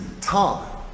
time